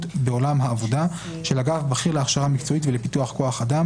בעולם העבודה של אגף בכיר להכשרה מקצועית ולפיתוח כח אדם